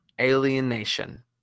alienation